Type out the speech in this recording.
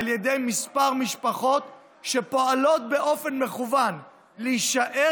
על ידי כמה משפחות שפועלות באופן מכוון להישאר